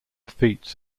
feats